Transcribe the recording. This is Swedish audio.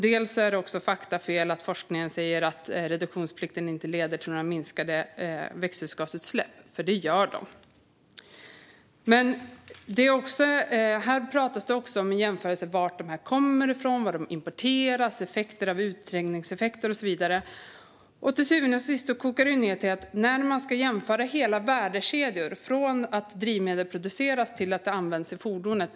Det är också faktafel att forskningen säger att reduktionsplikten inte leder till några minskade växthusgasutsläpp. Det gör den. Här görs också en jämförelse med var dessa bränslen kommer ifrån, var de importeras ifrån, deras utträngningseffekter och så vidare. Till syvende och sist kokar det ned till att man ska jämföra hela värdekedjor. Det är från att drivmedel produceras till att de används i fordonet.